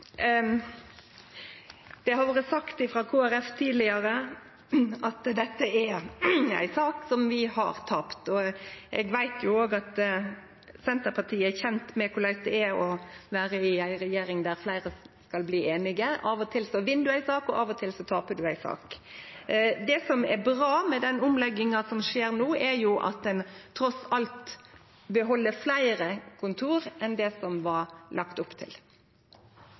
Det har vore sagt frå Kristeleg Folkeparti tidlegare at dette er ei sak som vi har tapt, og eg veit òg at Senterpartiet er kjent med korleis det er å vere i ei regjering der fleire skal bli einige. Av og til vinn du ei sak, og av og til taper du ei sak. Det som er bra med den omlegginga som skjer no, er at ein trass alt beheld fleire kontor enn det det var lagt opp til.